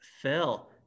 phil